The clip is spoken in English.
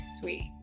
sweet